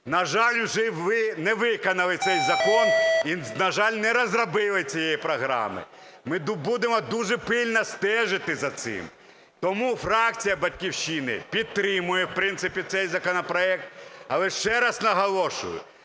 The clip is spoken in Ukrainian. На жаль, ви не виконали цей закон. І, на жаль, не розробили цієї програми. Ми будемо дуже пильно стежити за цим. Тому фракція "Батьківщини" підтримує в принципі цей законопроект. Але, ще раз наголошую,